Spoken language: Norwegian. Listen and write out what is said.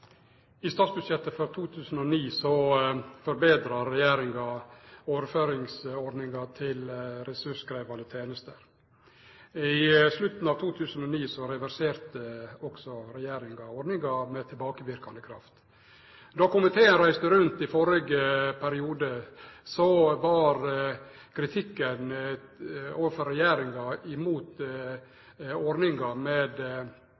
I statsbudsjettet for 2009 forbetra regjeringa overføringsordninga for ressurskrevjande tenester. I slutten av 2009 reverserte regjeringa ordninga, med tilbakeverkande kraft. Då komiteen reiste rundt i førre periode, var